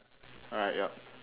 alright yup